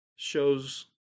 shows